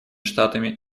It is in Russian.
штатами